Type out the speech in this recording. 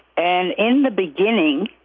and in the beginning,